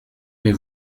mais